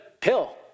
pill